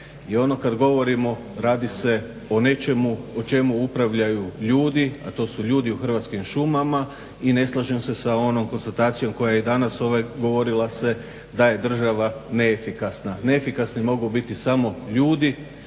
kad govorimo radi se o nečemu o čemu upravljaju ljudi, a to su ljudi u Hrvatskim šumama i ne slažem se sa onom konstatacijom koja je i danas govorila se da je država neefikasna. Neefikasni mogu biti samo ljudi